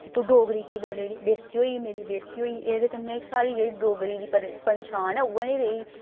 कि तूं डोगरी की बोली ओड़ी बेसती होई गेई मेरी बेसती होई गेई एह्दे कन्नै साढ़ी जेह्ड़ी डोगरी दी पंछान ऐ उ'ऐ निं रेही